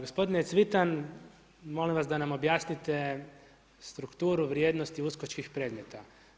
Gospodine Cvitan, molim vas da nam objasnite strukturu vrijednosti USKOK-čkih predmeta.